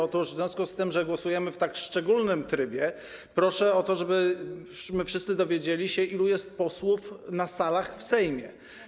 Otóż w związku z tym, że głosujemy w tak szczególnym trybie, proszę o to, żebyśmy wszyscy dowiedzieli się, ilu jest posłów w salach w Sejmie.